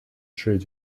市郊